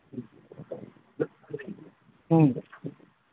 ꯎꯝ